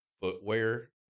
footwear